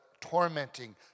tormenting